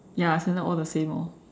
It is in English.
ya our standard all the same orh